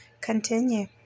Continue